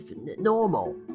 normal